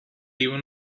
even